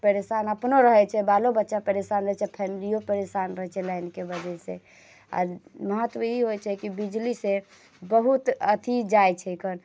परेशान अपनो रहैत छै बालो बच्चा परेशान रहैत छै फैमिलिओ परेशान रहैत छै लाइनके वजहसँ आ महत्व ई होइत छै कि बिजलीसँ बहुत अथि जाइ छैकऽ